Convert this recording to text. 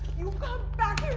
you come back